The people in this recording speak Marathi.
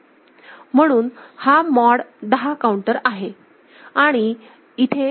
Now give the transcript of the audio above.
म्हणून हा मॉड 10 काऊंटर आहे